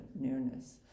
nearness